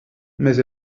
mais